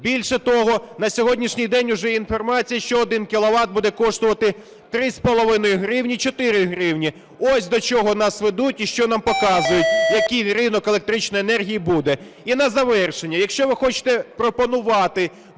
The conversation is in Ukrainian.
Більше того, на сьогоднішній день уже є інформація, що 1 кіловат буде коштувати 3,5 гривні – 4 гривні. Ось до чого нас ведуть і що нам показують, який ринок електричної енергії буде. І на завершення. Якщо ви хочете пропонувати